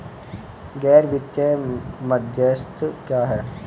गैर वित्तीय मध्यस्थ क्या हैं?